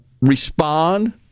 respond